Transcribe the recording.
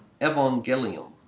Evangelium